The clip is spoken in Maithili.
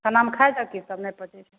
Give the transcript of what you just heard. खानामे खाइ छहक कि सब नहि पचै छऽ